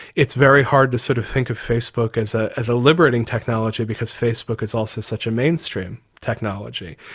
it's very hard to sort of think of facebook as ah as a liberating technology, because facebook is also such a mainstream technology.